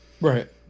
Right